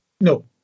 No